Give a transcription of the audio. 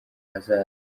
hazaza